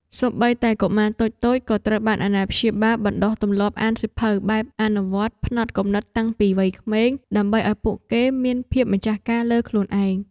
សូម្បីតែកុមារតូចៗ ក៏ត្រូវបានអាណាព្យាបាលបណ្ដុះទម្លាប់អានសៀវភៅបែបអភិវឌ្ឍផ្នត់គំនិតតាំងពីវ័យក្មេង ដើម្បីឱ្យពួកគេមានភាពម្ចាស់ការលើខ្លួនឯង។